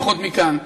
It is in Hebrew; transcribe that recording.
פחות מכאן,